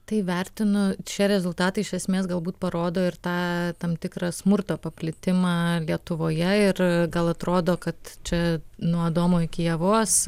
tai vertinu čia rezultatai iš esmės galbūt parodo ir tą tam tikrą smurto paplitimą lietuvoje ir gal atrodo kad čia nuo adomo iki ievos